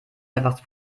einfach